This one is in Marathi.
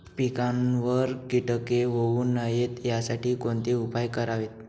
पिकावर किटके होऊ नयेत यासाठी कोणते उपाय करावेत?